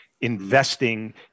investing